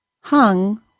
Hung